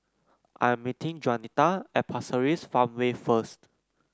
I am meeting Juanita at Pasir Ris Farmway first